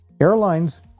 airlines